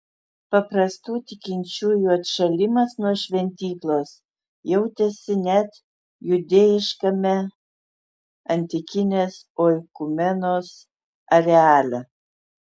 paprastų tikinčiųjų atšalimas nuo šventyklos jautėsi net judėjiškame antikinės oikumenos areale